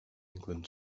england